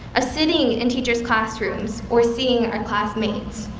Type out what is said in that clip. ah sitting in teachers' classrooms or seeing our classmates.